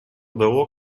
дало